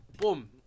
Boom